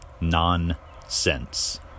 nonsense